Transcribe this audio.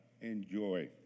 enjoy